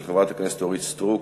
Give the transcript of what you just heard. של חברת הכנסת אורית סטרוק,